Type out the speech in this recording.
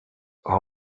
how